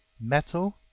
metal